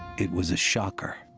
it was a shocker